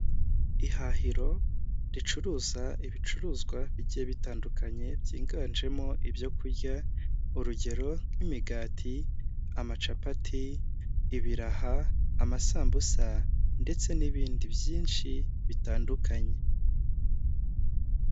Ihahiro ricuruza ibicuruzwa bigiye bitandukanye byiganjemo ibyo kurya, urugero: nk'imigati amacapati, ibiraha, amasambusa ndetse n'ibindi byinshi bitandukanye.